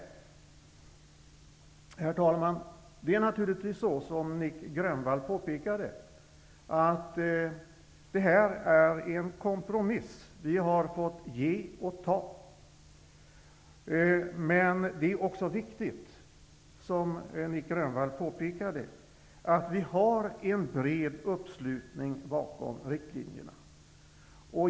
Herr talman! Det är naturligtvis så, som Nic Grönvall påpekade, att det här är en kompromiss; vi har fått ge och ta. Men det är också viktigt, som Nic Grönvall dessutom påpekade, att det finns en bred uppslutning bakom riktlinjerna.